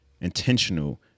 intentional